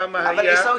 כמה היה --- אבל עיסאווי,